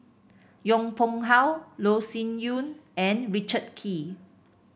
Yong Pung How Loh Sin Yun and Richard Kee